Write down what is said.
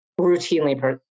routinely